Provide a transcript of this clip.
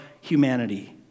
humanity